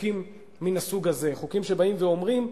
חוקים מן הסוג הזה, חוקים שבאים ואומרים: